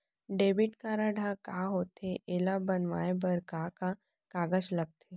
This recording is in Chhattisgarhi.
डेबिट कारड ह का होथे एला बनवाए बर का का कागज लगथे?